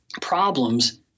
problems